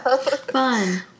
Fun